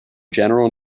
general